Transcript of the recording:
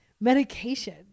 medication